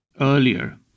earlier